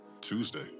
Tuesday